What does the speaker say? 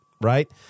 Right